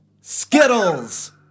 Skittles